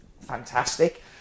fantastic